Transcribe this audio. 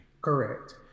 Correct